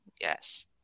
Yes